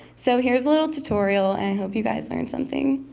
so here's a little tutorial and i hope you guys learn something.